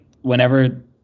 whenever